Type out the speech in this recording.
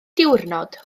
diwrnod